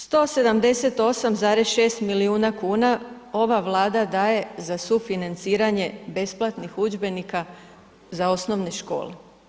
178,3 milijuna kuna ova Vlada daje za sufinanciranje besplatnih udžbenika za osnovne škole.